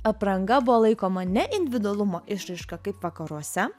apranga buvo laikoma ne individualumo išraiška kaip vakaruose